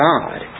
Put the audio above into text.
God